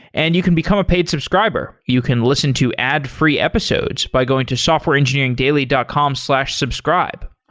and you can become a paid subscriber. you can listen to ad-free episodes by going to softwareengineeringdaily dot com slash subscribe.